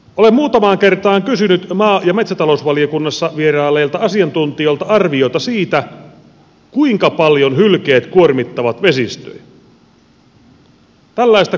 olen muutamaan kertaan kysynyt maa ja metsätalousvaliokunnassa vierailleilta asiantuntijoilta arviota siitä kuinka paljon hylkeet kuormittavat vesistöjä